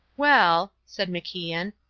well, said macian,